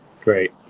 Great